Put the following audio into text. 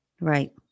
Right